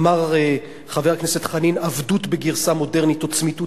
אמר חבר הכנסת חנין "עבדות בגרסה מודרנית" או "צמיתות".